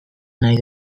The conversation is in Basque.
nahi